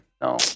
No